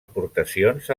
aportacions